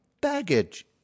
baggage